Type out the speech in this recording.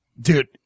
dude